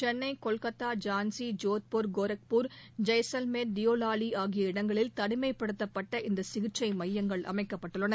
சென்னை கொல்கத்தா ஜான்சி ஜோத்பூர் கோரக்பூர் ஜெய்சல்மார் டியோலாலி ஆகிய இடங்களில் தனிமைப்படுத்தப்பட்ட இந்த சிகிச்சை மையங்கள் அமைக்கப்பட்டுள்ளன